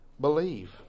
believe